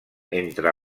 entre